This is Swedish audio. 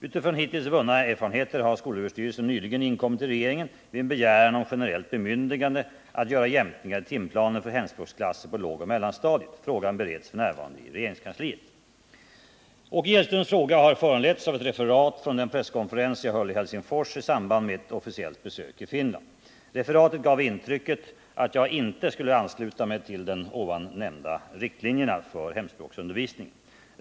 Utifrån hittills vunna erfarenheter har SÖ nyligen inkommit till regeringen med en begäran om generellt bemyndigande att göra jämkningar i timplanen för hemspråksklasser på lågoch mellanstadiet. Frågan bereds f.n. i regeringskansliet. Åke Gillströms fråga har föranletts av ett referat från den presskonferens jag höll i Helsingfors i samband med ett officiellt besök i Finland. Referatet gav intrycket att jag inte anslöt mig till de här angivna riktlinjerna för hemspråksundervisningen.